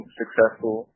successful